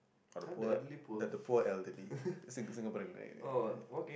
all the poor that the poor elderly sing~ Singaporean yeah